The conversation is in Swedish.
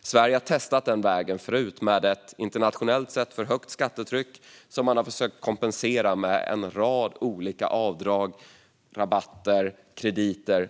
Sverige har testat denna väg förut med ett internationellt sett för högt skattetryck som man försöker kompensera med en rad olika avdrag, rabatter och krediter.